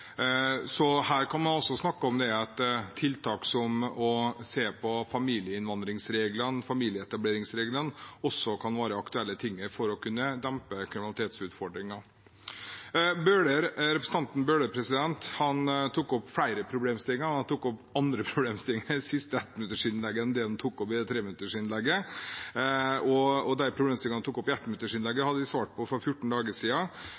Så her kan også det å se på familieinnvandringsreglene og familieetableringsreglene være aktuelle tiltak for å dempe kriminalitetsutfordringene. Representanten Bøhler tok opp flere problemstillinger, og i sitt siste innlegg, ettminuttsinnlegget, tok han opp andre problemstillinger enn dem han tok opp i treminuttersinnlegget. De problemstillingene han tok opp i ettminuttsinnlegget, svarte jeg på for fjorten dager siden. Han spurte også om sivil inndragning og